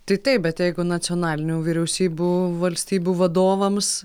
tai taip bet jeigu nacionalinių vyriausybių valstybių vadovams